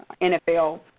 NFL